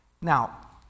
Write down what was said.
Now